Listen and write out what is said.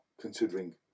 considering